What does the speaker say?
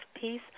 peace